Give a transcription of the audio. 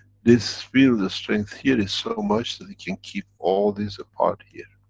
this field-strength here, is so much, that it can keep all these apart here.